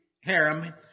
harem